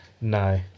No